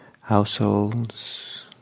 households